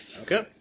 Okay